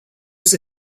was